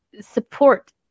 support